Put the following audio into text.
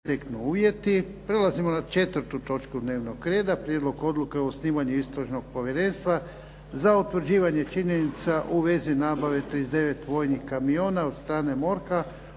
Prelazimo na –- Prijedlog Odluke o osnivanju Istražnog povjerenstva za utvrđivanje činjenica u vezi nabave 39 vojnih kamiona od strane MORH-a